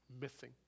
missing